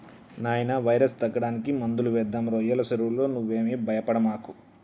నాయినా వైరస్ తగ్గడానికి మందులు వేద్దాం రోయ్యల సెరువులో నువ్వేమీ భయపడమాకు